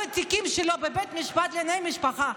התיקים שלו בבית משפט לענייני משפחה,